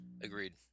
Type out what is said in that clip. Agreed